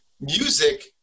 music